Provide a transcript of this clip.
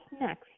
next